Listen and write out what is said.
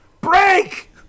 break